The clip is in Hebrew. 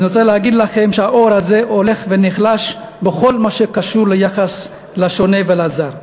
אני רוצה להגיד לכם שהאור הזה הולך ונחלש בכל מה שקשור ליחס לשונה ולזר.